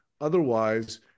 Otherwise